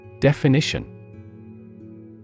Definition